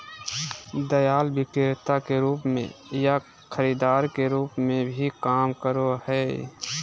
दलाल विक्रेता के रूप में या खरीदार के रूप में भी काम करो हइ